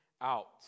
out